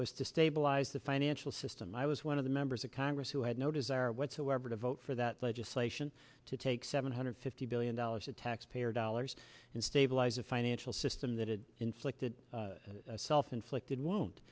to stabilize the financial system i was one of the members of congress who had no desire whatsoever to vote for that legislation to take seven hundred fifty billion dollars of taxpayer dollars and stabilize a financial system that had inflicted self inflicted wo